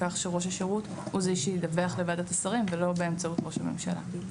כך שראש השירות הוא זה שידווח לוועדת השרים ולא באמצעות ראש הממשלה.